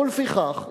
ולפיכך,